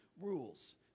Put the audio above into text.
rules